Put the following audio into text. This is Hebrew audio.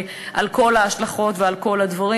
על כל ההשלכות ועל כל הדברים.